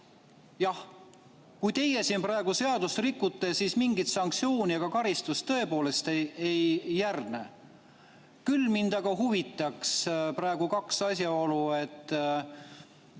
Jah, kui teie siin praegu seadust rikute, siis mingeid sanktsioone ega karistust tõepoolest ei järgne. Küll mind huvitaks aga praegu kaks asjaolu.